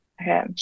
Okay